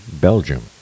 Belgium